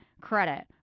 credit